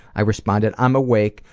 i responded, i'm awake.